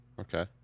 Okay